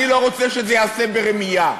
אני לא רוצה שזה ייעשה ברמייה,